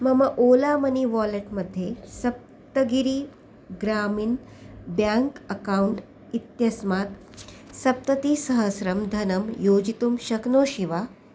मम Ola money wallet मध्ये Saptagiri Grameen bank account इत्यस्मात् सप्ततिसहस्रं धनं योजितुं शक्नोषि वा